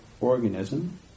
organism